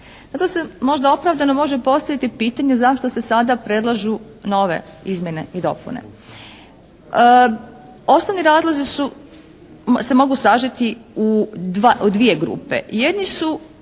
Zato se možda opravdano može postaviti pitanje zašto se sada predlažu nove izmjene i dopune. Osnovni razlozi se mogu sažeti u dvije grupe. Jedni su